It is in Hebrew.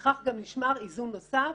בכך גם נשמר איזון נוסף